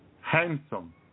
handsome